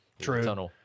True